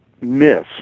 miss